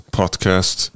podcast